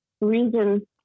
reason